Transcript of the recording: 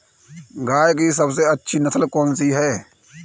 गाय की सबसे अच्छी नस्ल कौनसी है?